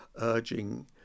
urging